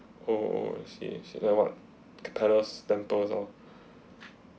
oh oh I see like what the palace temples ah